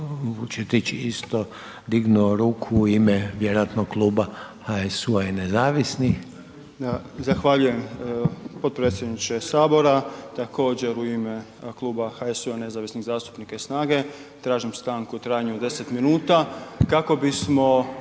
Vučetić isto dignuo ruku u ime vjerojatno HSU-a i nezavisnih. **Vučetić, Marko (Nezavisni)** Zahvaljujem potpredsjedniče Sabora. Također u ime kluba HSU-a i nezavisnih zastupnika i SNAGA-e, tražim stanku u trajanju od 10 minuta kako bismo